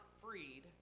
freed